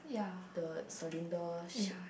the cylinder shape